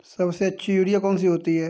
सबसे अच्छी यूरिया कौन सी होती है?